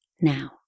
now